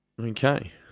Okay